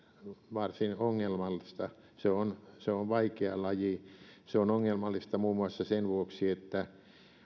varsin ongelmallista se on se on vaikea laji se on ongelmallista muun muassa sen vuoksi että